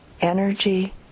energy